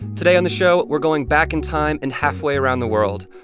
today on the show, we're going back in time and halfway around the world.